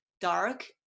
dark